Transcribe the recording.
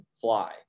fly